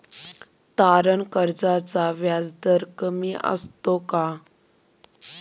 तारण कर्जाचा व्याजदर कमी असतो का?